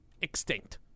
extinct